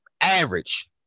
average